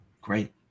Great